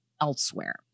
elsewhere